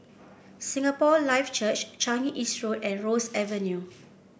Singapore Life Church Changi East Road and Ross Avenue